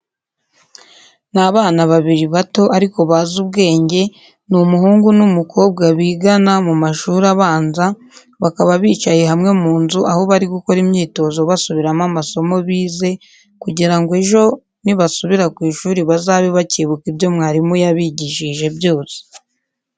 Ni abana babiri bato ariko bazi ubwenge, ni umuhungu n'umukobwa bigana mu mashuri abanza, bakaba bicaye hamwe mu nzu aho bari gukora imyitozo basubiramo amasomo bize kugira ngo ejo nibasubira ku ishuri bazabe bakibuka ibyo mwarimu yabigishije byose.